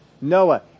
Noah